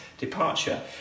departure